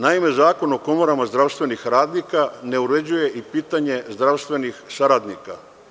Naime, Zakon o komorama zdravstvenih radnika ne uređuje i pitanje zdravstvenih saradnika.